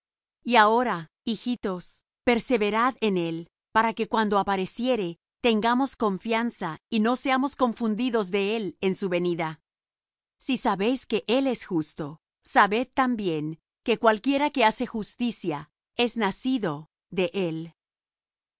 y ahora hijitos perseverad en él para que cuando apareciere tengamos confianza y no seamos confundidos de él en su venida si sabéis que él es justo sabed también que cualquiera que hace justicia es nacido de él